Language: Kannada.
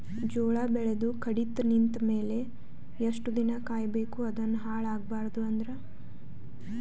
ಜೋಳ ಬೆಳೆದು ಕಡಿತ ನಿಂತ ಮೇಲೆ ಎಷ್ಟು ದಿನ ಕಾಯಿ ಬೇಕು ಅದನ್ನು ಹಾಳು ಆಗಬಾರದು ಅಂದ್ರ?